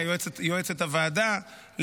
יועצת הוועדה,